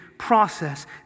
process